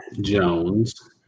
Jones